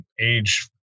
age